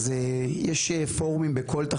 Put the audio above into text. אז יש פורומים בכל תחנה.